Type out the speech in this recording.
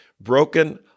broken